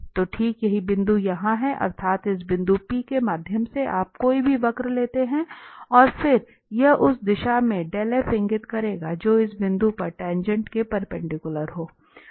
तो ठीक यही बिंदु यहां है अर्थात इस बिंदु P के माध्यम से आप कोई भी वक्र लेते हैं और फिर यह उस दिशा में इंगित करेगा जो इस बिंदु पर टाँगेँट के परपेंडिकुलर है